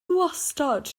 wastad